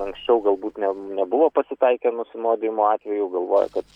anksčiau galbūt ne nebuvo pasitaikę nusinuodijimo atvejų galvoja kad